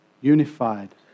unified